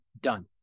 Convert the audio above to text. done